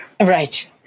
Right